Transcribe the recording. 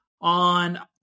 on